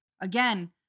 again